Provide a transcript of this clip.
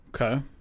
Okay